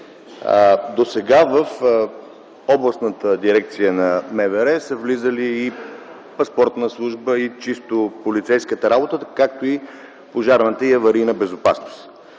Досега в областните дирекции на МВР са влизали паспортната служба и чисто полицейската работа, както и пожарната и аварийна безопасност.